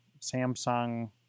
Samsung